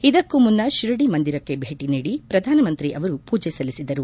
ಇದಕ್ಕೂ ಮುನ್ನ ಶಿರಡಿ ಮಂದಿರಕ್ಕೆ ಭೇಟಿ ನೀಡಿ ಪ್ರಧಾನ ಮಂತ್ರಿ ಅವರು ಪೂಜೆ ಸಲ್ಲಿಸಿದರು